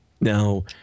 Now